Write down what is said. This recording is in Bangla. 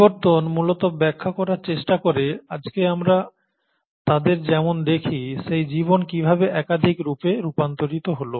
বিবর্তন মূলত ব্যাখ্যা করার চেষ্টা করে আজকে আমরা তাদের যেমন দেখি সেই জীবন কিভাবে একাধিক রূপে রূপান্তরিত হল